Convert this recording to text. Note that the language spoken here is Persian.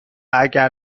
اگر